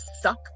suck